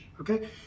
okay